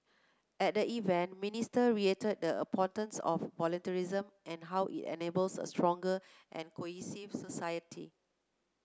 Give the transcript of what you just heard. at the event Minister reiterated the importance of volunteerism and how it enables a stronger and cohesive society